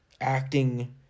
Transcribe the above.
acting